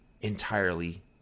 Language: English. entirely